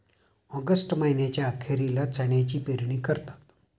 August महीना अखेरीला चण्याची पेरणी करतात